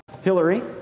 Hillary